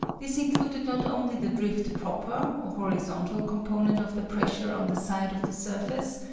this included not only the drift proper, or horizontal component of the pressure on the side of the surface,